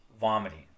vomiting